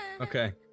Okay